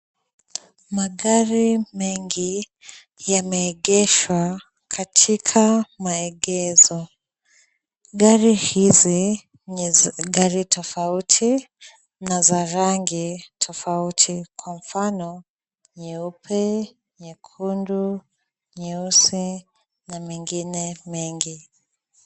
Magari mengi yameegeshwa katika maegesho. Gari hizi ni gari tofauti na za rangi tofauti kwa mfano nyeupe, nyekundu, nyeusi na mengine mengi.